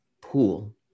pool